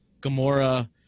Gamora